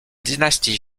dynastie